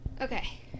okay